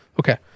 Okay